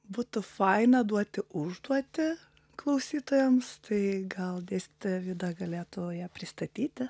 būtų faina duoti užduotį klausytojams tai gal dėstytoja vida galėtų ją pristatyti